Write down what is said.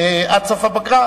עד סוף הפגרה,